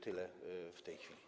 Tyle w tej chwili.